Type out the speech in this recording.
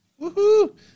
Woohoo